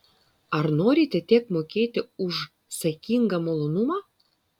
ar norite tiek mokėti už saikingą malonumą